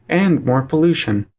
and more pollution.